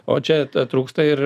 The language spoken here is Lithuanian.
o čia trūksta ir